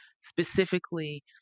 specifically